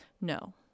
No